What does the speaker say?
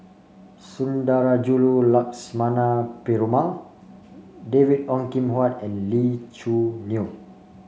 Sundarajulu Lakshmana Perumal David Ong Kim Huat and Lee Choo Neo